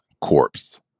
Corpse